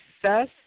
success